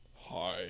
Hi